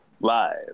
Live